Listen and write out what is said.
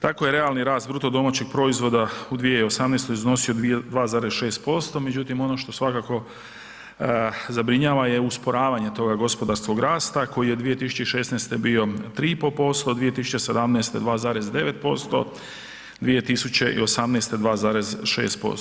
Tako je realni rast bruto domaćeg proizvoda u 2018. iznosi 2,6% međutim ono što svakako zabrinjava je usporavanje toga gospodarskog rasta koji je 2016. bio 3,5%, a 2017. 2,9%, 2018. 2,6%